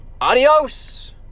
adios